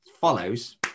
follows